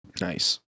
Nice